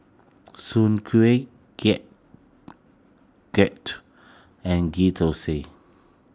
Soon Kuih Getuk Getuk and Ghee Thosai